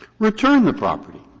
return the property,